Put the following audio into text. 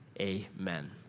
Amen